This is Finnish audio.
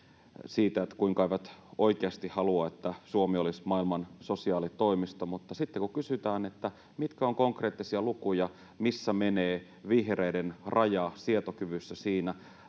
siitä, kuinka eivät oikeasti halua, että Suomi olisi maailman sosiaalitoimisto, mutta sitten kun kysytään, mitkä ovat konkreettisia lukuja, missä menee vihreiden raja sietokyvyssä